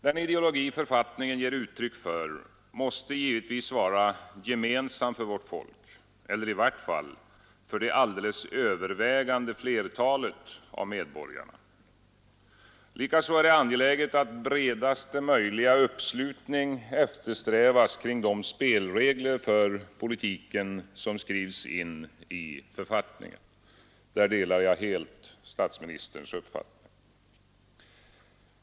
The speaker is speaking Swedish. Den ideologi författningen ger uttryck för måste givetvis vara gemensam för vårt folk eller i vart fall för det alldeles övervägande flertalet av medborgarna. Likaså är det angeläget att bredast möjliga uppslutning eftersträvas kring de spelregler för politiken som skrivs in i författningen. Där delar jag helt statsministerns uppfattning.